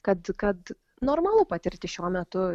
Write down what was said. kad kad normalu patirti šiuo metu